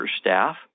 staff